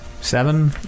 seven